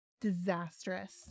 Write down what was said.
disastrous